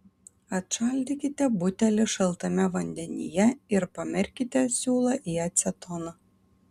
atšaldykite butelį šaltame vandenyje ir pamerkite siūlą į acetoną